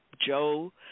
Joe